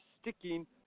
sticking